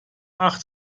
acht